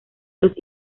los